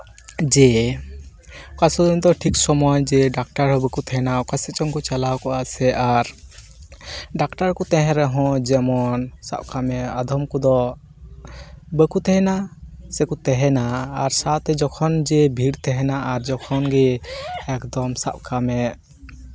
ᱡᱮ ᱚᱠᱟ ᱥᱚᱢᱚᱭ ᱫᱚ ᱴᱷᱤᱠ ᱥᱚᱢᱚᱭ ᱡᱮ ᱰᱟᱠᱴᱟᱨ ᱦᱚᱸ ᱵᱟᱠᱚ ᱛᱟᱦᱮᱱᱟ ᱚᱠᱟ ᱥᱮᱡ ᱪᱚᱝ ᱠᱚ ᱪᱟᱞᱟᱣ ᱠᱚᱜᱼᱟ ᱥᱮ ᱟᱨ ᱰᱟᱠᱛᱟᱨ ᱠᱚ ᱛᱟᱦᱮᱱ ᱨᱮᱦᱚᱸ ᱡᱮᱢᱚᱱ ᱥᱟᱵ ᱠᱟᱜ ᱢᱮ ᱟᱫᱷᱚᱢ ᱠᱚᱫᱚ ᱵᱟᱹᱠᱩ ᱛᱟᱦᱮᱱᱟ ᱥᱮᱠᱚ ᱛᱟᱦᱮᱱᱟ ᱟᱨ ᱥᱟᱶᱛᱮ ᱡᱚᱠᱷᱚᱱ ᱡᱮ ᱵᱷᱤᱲ ᱛᱟᱦᱮᱱᱟ ᱟᱨ ᱡᱚᱠᱷᱚᱱ ᱜᱮ ᱮᱠᱫᱚᱢ ᱥᱟᱵ ᱠᱟᱜ ᱢᱮ